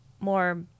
more